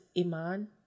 Iman